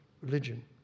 religion